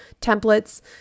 templates